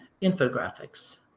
infographics